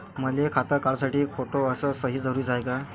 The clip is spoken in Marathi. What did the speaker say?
मले खातं काढासाठी फोटो अस सयी जरुरीची हाय का?